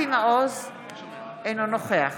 אינו נוכח